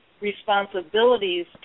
responsibilities